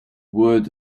word